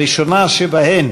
הראשונה שבהן